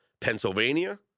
Pennsylvania